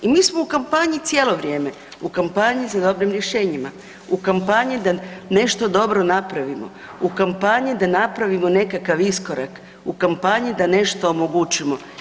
I mi smo u kampanji cijelo vrijeme, u kampanji za dobrim rješenjima, u kampanji da nešto dobro napravimo, u kampanji da napravimo nekakav iskorak, u kampanji da nešto omogućimo.